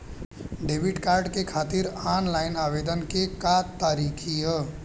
Debit card खातिर online आवेदन के का तरीकि ह?